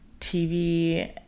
TV